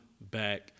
back